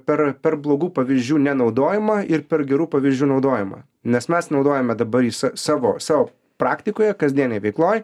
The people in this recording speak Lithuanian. per per blogų pavyzdžių nenaudojimą ir per gerų pavyzdžių naudojimą nes mes naudojame dabar jį sa savo savo praktikoje kasdienėj veikloj